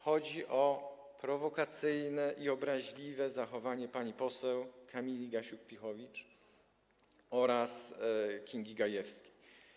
Chodzi o prowokacyjne i obraźliwe zachowanie pani poseł Kamili Gasiuk-Pihowicz oraz Kingi Gajewskiej.